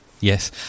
Yes